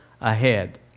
ahead